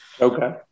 Okay